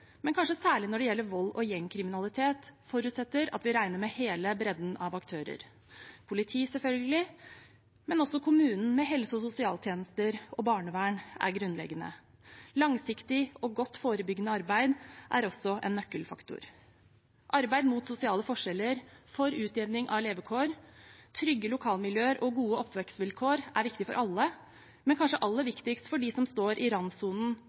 men kanskje særlig når det gjelder vold og gjengkriminalitet, forutsetter at vi regner med hele bredden av aktører – politi, selvfølgelig, men også kommunen med helse- og sosialtjenester og barnevern er grunnleggende. Langsiktig og godt forebyggende arbeid er også en nøkkelfaktor. Arbeid mot sosiale forskjeller, for utjevning av levekår, trygge lokalmiljøer og gode oppvekstsvilkår er viktig for alle, men kanskje aller viktigst for dem som står i